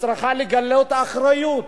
צריכה לגלות אחריות,